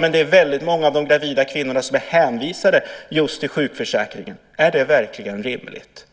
Men väldigt många gravida kvinnor är hänvisade till sjukförsäkringen. Är det verkligen rimligt?